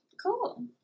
Cool